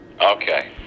Okay